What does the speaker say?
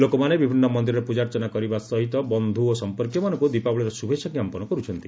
ଲୋକମାନେ ବିଭିନ୍ନ ମନ୍ଦିରରେ ପୂଜାର୍ଚ୍ଚନା କରିବା ସହିତ ବନ୍ଧୁ ଓ ସମ୍ପର୍କୀୟମାନଙ୍କୁ ଦୀପାବଳିର ଶୁଭେଚ୍ଛା ଜ୍ଞାପନ କରୁଛନ୍ତି